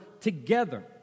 together